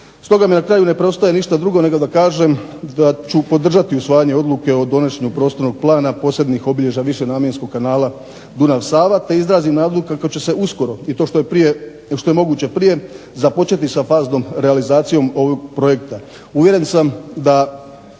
Stoga mi na kraju ne preostaje ništa drugo nego da kažem da ću podržati usvajanje odluke o donošenju prostornog plana posebnih obilježja višenamjenskog kanala Dunav – Sava, te izrazim nadu kako će uskoro i to što je moguće prije započeti sa baznom realizacijom ovog projekta.